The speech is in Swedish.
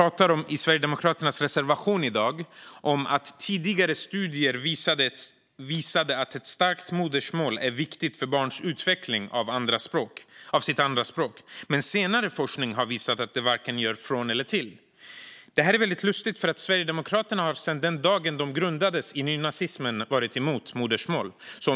I Sverigedemokraternas reservation skriver man: Tidigare studier visade att ett starkt modersmål är viktigt för barns utveckling av sitt andraspråk, men senare forskning har visat att det varken gör från eller till. Det här är väldigt lustigt, för Sverigedemokraterna har sedan den dag de grundades i nynazismen varit emot modersmålsundervisning.